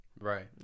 Right